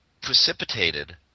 precipitated